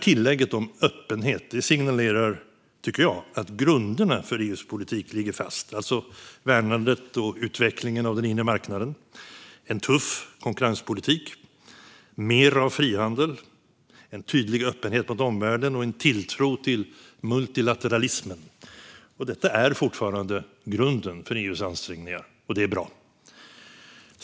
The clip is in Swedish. Tillägget om öppenhet signalerar, tycker jag, att grunderna för EU:s politik ligger fast, alltså värnandet och utvecklingen av den inre marknaden, en tuff konkurrenspolitik, mer frihandel, en tydlig öppenhet mot omvärlden och en tilltro till multilateralismen. Detta är fortfarande grunden för EU:s ansträngningar, och det är bra.